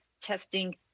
testing